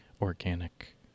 organic